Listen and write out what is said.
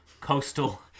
Coastal